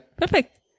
perfect